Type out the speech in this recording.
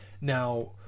Now